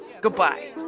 Goodbye